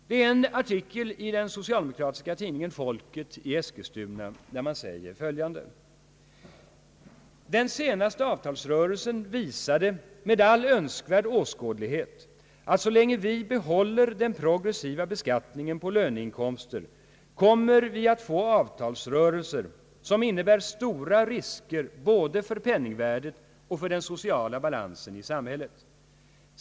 Det är hämtat ur en artikel i den socialdemokratiska tidningen Folket i Eskilstuna, där man säger: »Den senaste avtalsrörelsen visade med all önskvärd åskådlighet, att så länge vi behåller den progressiva beskattningen på löneinkomster kommer vi att få avtalsrörelser, som innebär stora risker både för penningvärdet och för den sociala balansen i samhället.